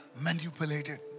Manipulated